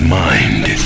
mind